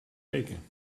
weken